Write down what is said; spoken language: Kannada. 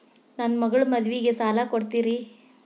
ನನ್ನ ಮಗಳ ಮದುವಿಗೆ ಸಾಲ ಕೊಡ್ತೇರಿ?